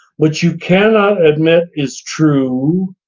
which you cannot admit is true,